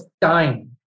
time